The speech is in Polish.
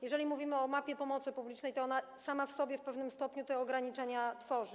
Jeżeli mówimy o mapie pomocy publicznej, to ona sama w sobie w pewnym stopniu te ograniczenia tworzy.